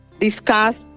discuss